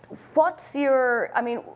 what's your, i mean,